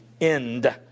end